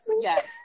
yes